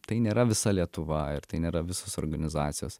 tai nėra visa lietuva ir tai nėra visos organizacijos